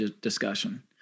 discussion